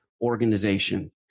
organization